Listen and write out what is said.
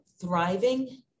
thriving